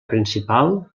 principal